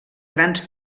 grans